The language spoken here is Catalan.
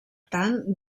tant